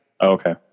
Okay